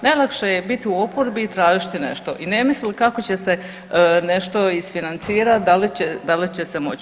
Najlakše je biti u oporbi i tražiti nešto i ne misliti kako će se nešto isfinancirati, da li će se moći.